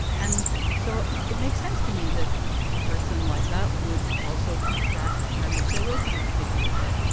and so it makes sense to me that a person like that would also keep track of how much they wrote on a particular day.